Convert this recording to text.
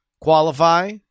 qualify